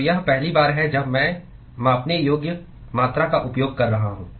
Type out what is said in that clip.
तो यह पहली बार है जब मैं मापने योग्य मात्रा का उपयोग कर रहा हूं